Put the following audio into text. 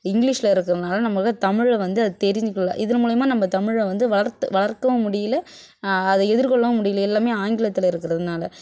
இங்கிலிஷில் இருக்கிறனால நம்மளுக்கு தமிழில் வந்து அது தெரிஞ்சுக்கல இதன் மூலயமா நம்ம தமிழை வந்து வளர்த்து வளர்க்கவும் முடியலை அதை எதிர்கொள்ளவும் முடியலை எல்லாமே ஆங்கிலத்தில் இருக்கிறதுனால